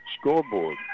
scoreboard